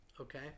okay